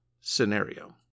scenario